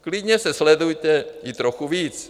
Klidně se sledujte i trochu víc.